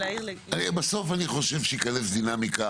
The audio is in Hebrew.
בסוף אני חושב שתיכנס דינמיקה